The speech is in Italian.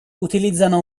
utilizzano